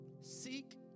seek